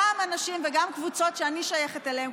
גם אנשים וגם קבוצות שאני שייכת אליהן,